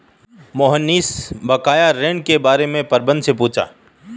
मोहनीश बकाया ऋण के बारे में प्रबंधक से पूछा